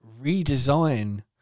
redesign